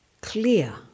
clear